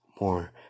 more